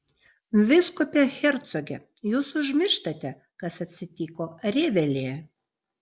vyskupe hercoge jūs užmirštate kas atsitiko revelyje